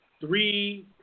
three